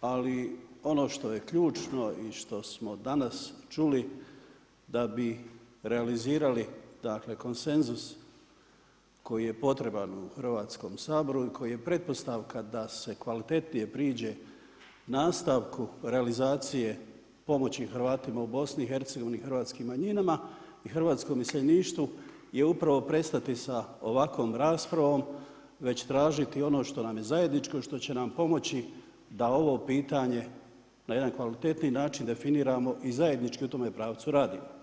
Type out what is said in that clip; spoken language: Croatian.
ali ono što je ključno i što smo danas čuli da bi realizirali konsenzus koji je potreban u Hrvatskom saboru, koji je pretpostavka da se kvalitetnije priđe nastavku realizacije pomoći Hrvatima u BiH-u i hrvatskim manjinama i hrvatskom iseljeništvu je upravo prestati sa ovakvom raspravom, već tražiti ono što nam je zajedničko i što će nam pomoći da ovo pitanje na jedan kvalitetniji način definiramo i zajednički u tome pravcu radimo.